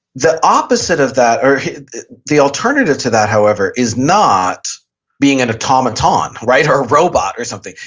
the opposite of that or the alternative to that however, is not being an automaton right or a robot or something.